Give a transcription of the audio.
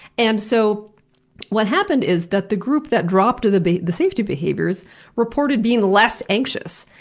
and so what happened is that the group that dropped the the safety behaviors reported being less anxious,